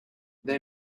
they